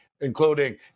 including